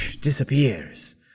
disappears